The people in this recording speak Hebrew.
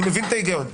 אני מבין את ההיגיון.